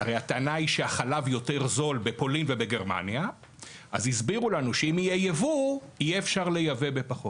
הרי הטענה היא שהחלב יותר זול בפולין ובגרמניה אפשר יהיה לייבא בפחות.